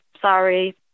sorry